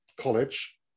college